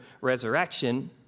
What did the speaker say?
resurrection